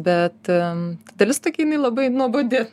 bet dalis tokia jinai labai nuobodi